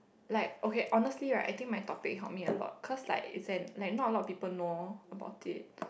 like okay honestly right I think my topic help me a lot cause like is an like not a lot of people know about it